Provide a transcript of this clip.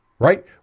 Right